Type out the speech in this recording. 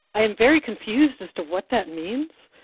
i am very confused as to what that means.